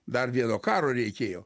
dar vieno karo reikėjo